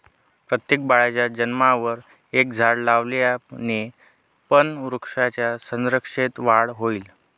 प्रत्येक बाळाच्या जन्मावर एक झाड लावल्याने पण वृक्षांच्या संख्येत वाढ होईल